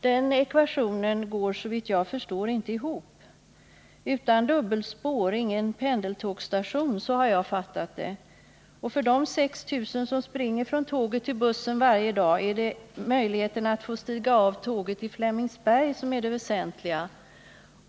Den ekvationen går, såvitt jag förstår, inte ihop. Utan dubbelspår ingen pendeltågsstation — så har jag uppfattat det. För de 6 000 personer som springer från tåget till bussen varje dag är det möjligheten att få stiga av tåget i Flemingsberg som är det väsentliga.